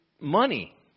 money